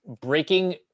breaking